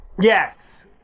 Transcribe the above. yes